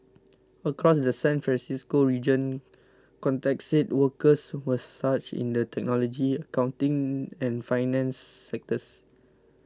across the San Francisco region contacts said workers were scarce in the technology accounting and finance sectors